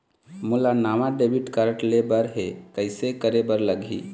मोला नावा debit card लेबर हे, कइसे करे बर लगही?